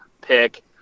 pick